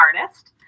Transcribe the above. artist